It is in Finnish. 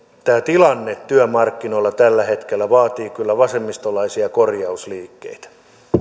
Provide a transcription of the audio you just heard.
tämä tilanne työmarkkinoilla tällä hetkellä vaatii kyllä vasemmistolaisia korjausliikkeitä